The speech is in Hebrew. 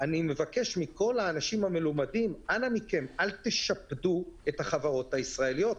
אני מבקש מכל האנשים המלומדים אל תשפדו את החברות הישראליות.